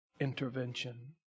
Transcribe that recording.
intervention